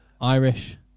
Irish